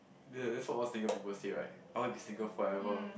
ya that's what all single people say right I want to be single forever